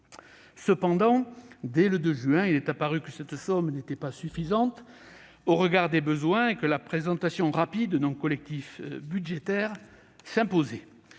mais, dès le 2 juin, il est apparu que cette somme n'était pas suffisante au regard des besoins et que la présentation rapide d'un collectif budgétaire s'imposait.